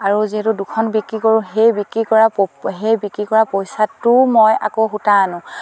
আৰু যিহেতু দুখন বিক্ৰী কৰোঁ সেই বিক্ৰী কৰা সেই বিক্ৰী কৰা পইচাটোও মই আকৌ সূতা আনো